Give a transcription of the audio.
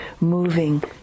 moving